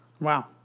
Wow